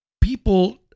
people